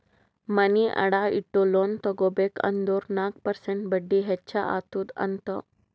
ಮನಿ ಅಡಾ ಇಟ್ಟು ಲೋನ್ ತಗೋಬೇಕ್ ಅಂದುರ್ ನಾಕ್ ಪರ್ಸೆಂಟ್ ಬಡ್ಡಿ ಹೆಚ್ಚ ಅತ್ತುದ್ ಅಂತ್